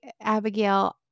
Abigail